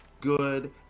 good